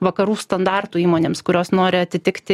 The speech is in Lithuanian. vakarų standartų įmonėms kurios nori atitikti